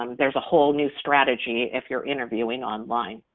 um there's a whole new strategy if you're interviewing online.